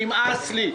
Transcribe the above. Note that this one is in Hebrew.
נמאס לי.